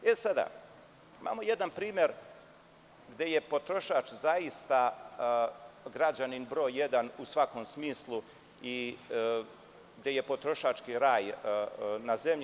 Imamo jedan primer gde je potrošač zaista građanin broj jedan u svakom smislu i gde je potrošački raj na zemlji.